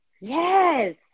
yes